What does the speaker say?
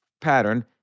pattern